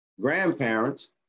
grandparents